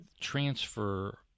transfer